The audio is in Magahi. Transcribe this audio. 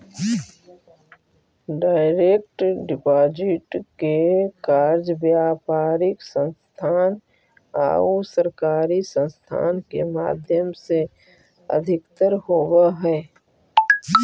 डायरेक्ट डिपॉजिट के कार्य व्यापारिक संस्थान आउ सरकारी संस्थान के माध्यम से अधिकतर होवऽ हइ